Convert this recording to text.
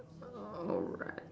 alright